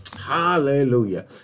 hallelujah